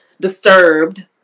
disturbed